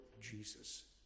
Jesus